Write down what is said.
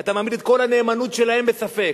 אתה מעמיד את כל הנאמנות שלהם בספק.